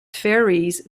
fairies